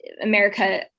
America